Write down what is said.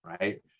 right